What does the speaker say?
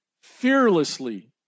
fearlessly